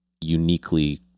uniquely